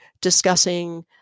discussing